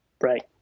right